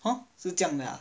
!huh! 是这样的 ah